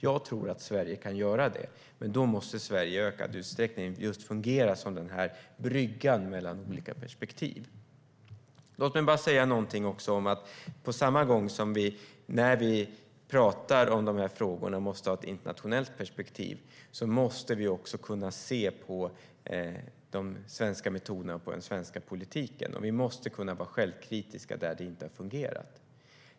Jag tror att Sverige kan göra det, men då måste Sverige i ökad utsträckning just fungera som den här bryggan mellan olika perspektiv. Låt mig också säga att på samma gång som vi måste ha ett internationellt perspektiv när vi pratar om de här frågorna måste vi också kunna se på de svenska metoderna och den svenska politiken. Vi måste kunna vara självkritiska när det gäller det som inte har fungerat.